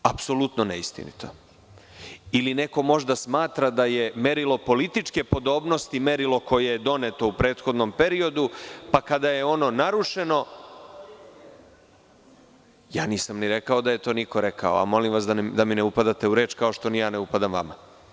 Apsolutno neistinito ili neko možda smatra da je merilo političke podobnosti, merilo koje je doneto u prethodnom periodu, pa kada je ono narušeno… (Narodni poslanik Janko Veselinović, dobacuje s mesta.) Nisam ni rekao da je to niko rekao, a molim vas da mi ne upadate u reč, kao što ni ja ne upadam vama.